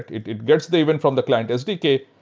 it gets the event from the client sdk.